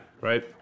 right